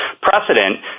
precedent